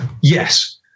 Yes